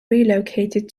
relocated